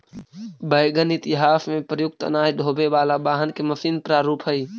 wagon इतिहास में प्रयुक्त अनाज ढोवे वाला वाहन के मशीन प्रारूप हई